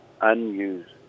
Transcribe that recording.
unused